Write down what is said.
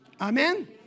Amen